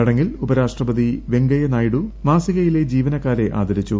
ചടങ്ങിൽ ഉപരാഷ്ട്രപതി വെങ്കയ്യ നായിഡു മാസികയിലെ ജീവനക്കാരെ ആദരിച്ചു